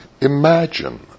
Imagine